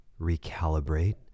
recalibrate